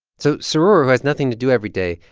so sroor, who has nothing to do every day,